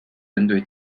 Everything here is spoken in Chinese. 针对